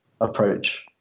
approach